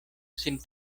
sin